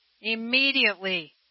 Immediately